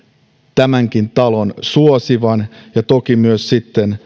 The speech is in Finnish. tätäkin taloa suosimaan ja toki myös sitten